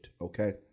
okay